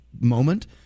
moment